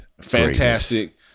Fantastic